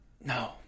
No